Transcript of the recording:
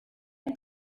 com